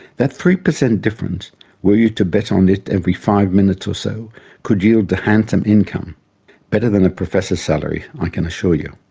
that three percent difference were you to bet on it every five minutes or so could yield a handsome income better than a professor's salary i can assure you.